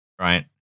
right